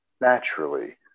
naturally